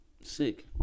sick